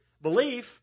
Belief